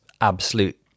absolute